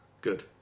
Good